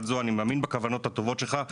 אני מאמין בכוונות הטובות שלך.